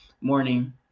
morning